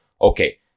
Okay